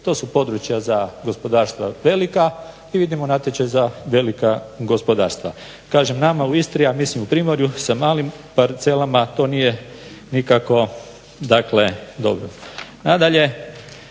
to su područja za gospodarstva velika i vidimo natječaj za velika gospodarstva. Kažem nama u Istri, a mislim u primorju sa malim parcelama to nije nikako dobro. Nadalje,